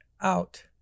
out